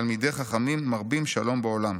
'תלמידי חכמים מרבים שלום בעולם',